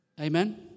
Amen